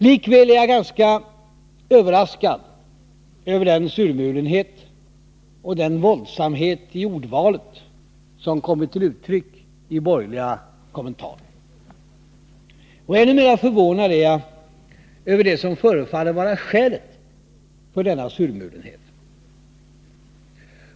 Likväl är jag ganska överraskad över den surmulenhet och den våldsamhet i ordvalet som kommit till uttryck i borgerliga kommentarer. Ännu mer förvånad är jag över det som förefaller vara skälet till denna surmulenhet.